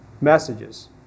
messages